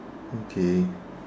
okay